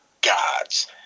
gods